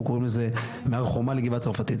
אנחנו קוראים לזה מהר-חומה לגבעה צרפתית.